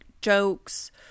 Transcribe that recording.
jokes